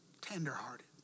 Tenderhearted